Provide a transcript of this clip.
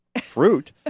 fruit